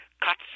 cuts